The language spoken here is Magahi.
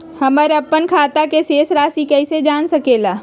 हमर अपन खाता के शेष रासि कैसे जान सके ला?